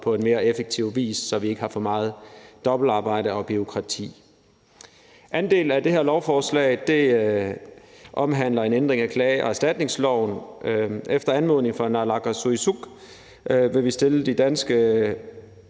på en mere effektiv vis, så vi ikke har for meget dobbeltarbejde og bureaukrati. Den anden del af det her lovforslag omhandler en ændring af klage- og erstatningsloven. Efter anmodning fra naalakkersuisut vil vi stille de danske